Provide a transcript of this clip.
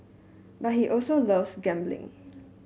but he also loves gambling